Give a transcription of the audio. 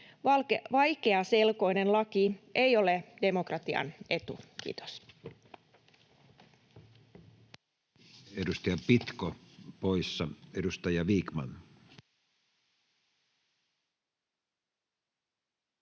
Vaikeaselkoinen laki ei ole demokratian etu. — Kiitos.